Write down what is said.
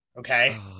Okay